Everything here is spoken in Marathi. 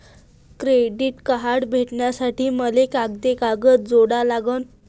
क्रेडिट कार्ड भेटासाठी मले कोंते कागद जोडा लागन?